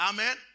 Amen